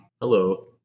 Hello